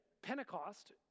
Pentecost